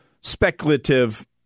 speculative